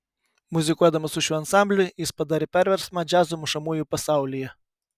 muzikuodamas su šiuo ansambliu jis padarė perversmą džiazo mušamųjų pasaulyje